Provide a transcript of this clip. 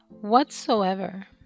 Whatsoever